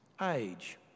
age